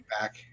back